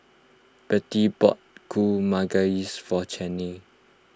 Bertie bought Kuih Manggis for Chaney